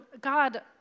God